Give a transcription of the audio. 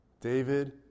David